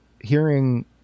hearing